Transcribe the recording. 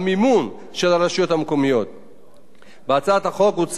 בהצעת החוק הוצע כי הרשויות המקומיות ימשיכו להעביר